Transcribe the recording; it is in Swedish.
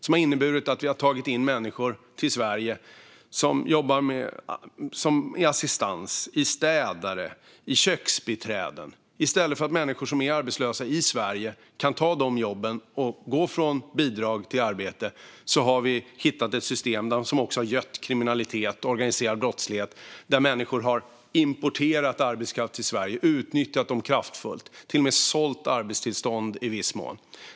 Det har inneburit att vi har tagit in människor till Sverige som jobbar inom assistans, som städare och som köksbiträden. I stället för att människor som är arbetslösa i Sverige kan ta de jobben och gå från bidrag till arbete har vi ett system som också har gött kriminalitet och organiserad brottslighet. Man har sagt sig importera arbetskraft till Sverige och har utnyttjat människorna kraftfullt. Man har till och med sålt arbetstillstånd i viss mån.